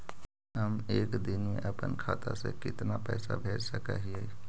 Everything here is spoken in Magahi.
हम एक दिन में अपन खाता से कितना पैसा भेज सक हिय?